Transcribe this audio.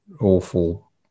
awful